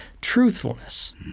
Truthfulness